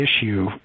issue